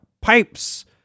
Pipes